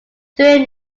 during